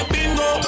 Bingo